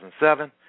2007